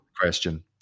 question